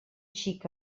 xic